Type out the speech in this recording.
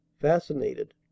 fascinated